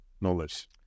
knowledge